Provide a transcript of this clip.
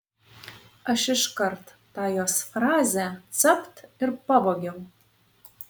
aš iškart tą jos frazę capt ir pavogiau